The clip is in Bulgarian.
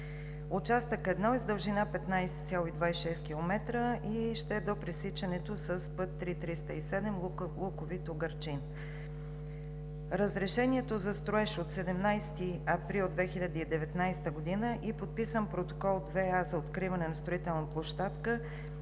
Участък 1 е с дължина 15,26 км и ще е до пресичането с път III-307 Луковит – Угърчин. Разрешение за строеж от 17 април 2019 г. и подписан Протокол № 2а за откриване на строителна площадка